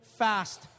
fast